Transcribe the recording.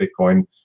Bitcoin